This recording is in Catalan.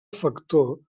factor